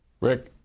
Rick